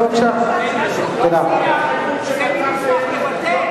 לא היתה,